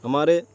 ہمارے